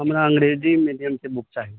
हमरा अंग्रेजी मीडियम के बुक चाही